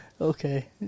Okay